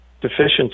deficiency